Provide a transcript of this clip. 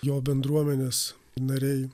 jo bendruomenės nariai